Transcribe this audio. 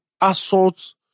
assault